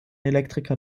elektriker